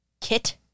Kit